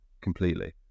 completely